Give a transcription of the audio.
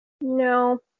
No